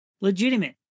legitimate